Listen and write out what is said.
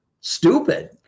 stupid